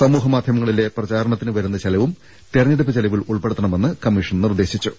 സമൂ ഹ മാധ്യമങ്ങളിലെ പ്രചാരണത്തിന് വരുന്ന ചെലവും തിരഞ്ഞെടു പ്പ് ചെലവിൽ ഉൾപ്പെടുത്തണമെന്നും കമ്മീഷൻ നിർദേശിച്ചു